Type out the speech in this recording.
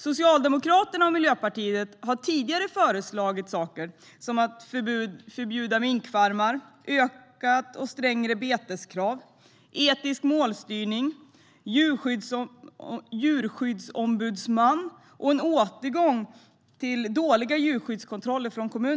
Socialdemokraterna och Miljöpartiet har tidigare föreslagit sådant som förbud mot minkfarmer, utökat och strängare beteskrav, etisk målstyrning, en djurombudsman och återgång till kommunala djurskyddskontroller.